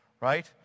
Right